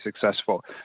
successful